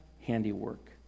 handiwork